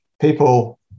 people